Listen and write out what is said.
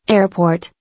Airport